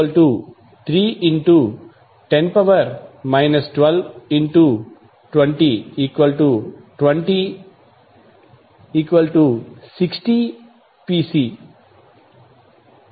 q310 122060 pC